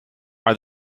are